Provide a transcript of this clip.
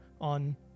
on